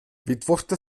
vytvořte